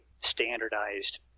standardized